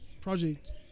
project